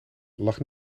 lag